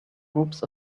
groups